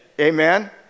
Amen